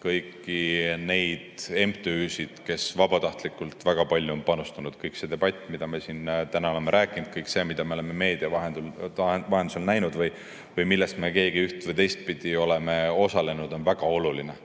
kõiki neid MTÜ‑sid, kes vabatahtlikult väga palju on panustanud. Kogu see debatt, mida me siin täna oleme pidanud, kõik see, mida me oleme meedia vahendusel näinud või milles me keegi üht‑ või teistpidi oleme osalenud, on väga oluline.